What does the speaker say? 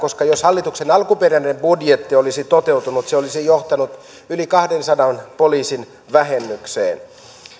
koska jos hallituksen alkuperäinen budjetti olisi toteutunut se olisi johtanut yli kahdensadan poliisin vähennykseen